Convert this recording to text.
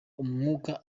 umwuka